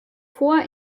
vor